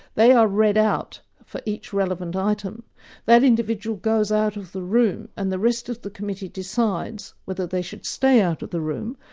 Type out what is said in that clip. they are read out for each relevant item that individual goes out of the room and the rest of the committee decides whether they should stay out of the room,